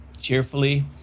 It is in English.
cheerfully